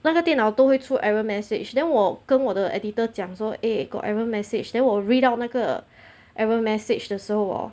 那个电脑都会出 error message then 我跟我的 editor 讲说 eh got error message then 我 read out 那个 error message 的时候 hor